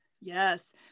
yes